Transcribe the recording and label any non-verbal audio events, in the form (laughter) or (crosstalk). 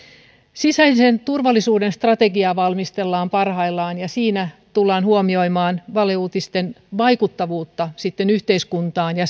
sisäisen turvallisuuden strategiaa valmistellaan parhaillaan ja siinä tullaan huomioimaan valeuutisten vaikuttavuutta yhteiskuntaan ja (unintelligible)